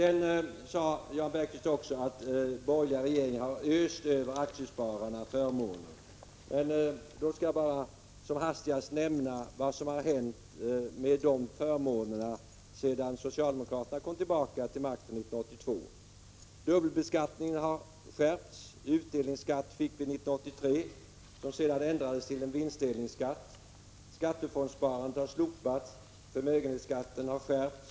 Jan Bergqvist sade också att borgerliga regeringar har öst över aktiespararna förmåner. Jag skulle bara som hastigast vilja nämna vad som har hänt med de förmånerna sedan socialdemokraterna kom tillbaka till makten 1982. Dubbelbeskattningen har skärpts. Utdelningsskatt fick vi 1983. Den har ändrats senare till en vinstdelningsskatt. Skattefondssparandet har slopats. Förmögenhetsskatten har skärpts.